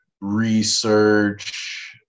research